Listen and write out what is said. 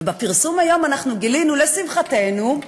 ובפרסום היום גילינו, לשמחתנו,